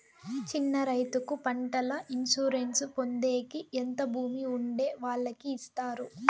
చిన్న రైతుకు పంటల ఇన్సూరెన్సు పొందేకి ఎంత భూమి ఉండే వాళ్ళకి ఇస్తారు?